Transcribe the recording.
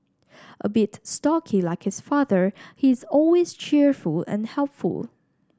a bit stocky like his father he is always cheerful and helpful